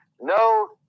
no